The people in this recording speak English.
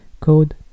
code